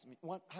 one